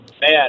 Man